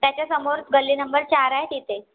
त्याच्यासमोर गल्ली नंबर चार आहे तिथे